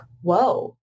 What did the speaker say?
whoa